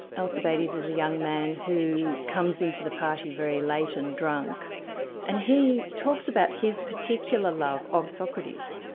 alcibiades is a young man who comes into the party very late and drunk and he talks about his particular love of socrates.